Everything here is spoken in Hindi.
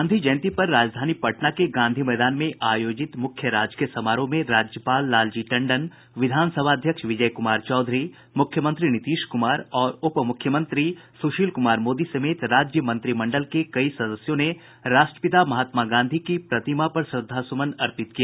गांधी जयंती पर राजधानी पटना के गांधी मैदान में आयोजित मुख्य राजकीय समारोह में राज्यपाल लालजी टंडन विधानसभा अध्यक्ष विजय कुमार चौधरी मुख्यमंत्री नीतीश कुमार और उपमुख्यमंत्री सुशील कुमार मोदी समेत राज्य मंत्रिमंडल के कई सदस्यों ने राष्ट्रपिता महात्मा गांधी की प्रतिमा पर श्रद्धासुमन अर्पित किया